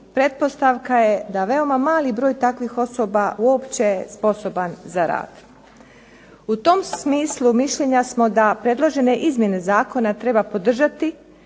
pretpostavka je da veoma mali broj takvih osoba uopće je sposoban za rad. U tom smislu mišljenja smo da predložene izmjene zakona treba podržati